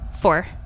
Four